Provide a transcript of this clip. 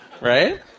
right